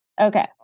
Okay